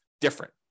different